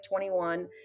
21